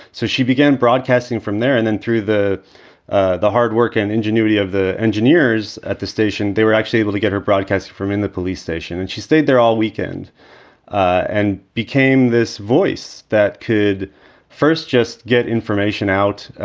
so she began broadcasting from there. and then through the ah the hard work and ingenuity of the engineers at the station, they were actually able to get her broadcasts from the police station. and she stayed there all weekend and became this voice that could first just get information out,